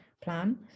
plan